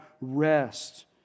rest